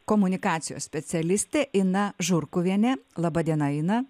komunikacijos specialistė ina žurkuvienė laba diena ina